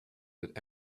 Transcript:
that